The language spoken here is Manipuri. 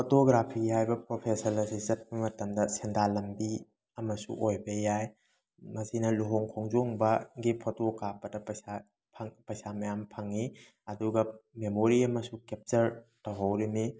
ꯐꯣꯇꯣꯒ꯭ꯔꯥꯐꯤ ꯍꯥꯏꯕ ꯄ꯭ꯔꯣꯐꯦꯁꯟ ꯑꯁꯤ ꯆꯠꯄ ꯃꯇꯝꯗ ꯁꯦꯟꯗꯥꯟ ꯂꯝꯕꯤ ꯑꯃꯁꯨ ꯑꯣꯏꯕ ꯌꯥꯏ ꯃꯁꯤꯅ ꯂꯨꯍꯣꯡ ꯈꯣꯡꯗꯣꯡꯕꯒꯤ ꯐꯣꯇꯣ ꯀꯥꯞꯄꯗ ꯄꯩꯁꯥ ꯄꯩꯁꯥ ꯃꯌꯥꯝ ꯐꯪꯉꯤ ꯑꯗꯨꯒ ꯃꯦꯃꯣꯔꯤ ꯑꯃꯁꯨ ꯀꯦꯞꯆꯔ ꯇꯧꯍꯧꯔꯤꯅꯤ